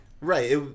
Right